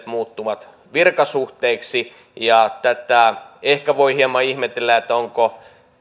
muuttuvat virkasuhteiksi tätä ehkä voi hieman ihmetellä että onko